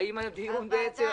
-- האם הדיון מתקיים?